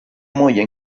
moglie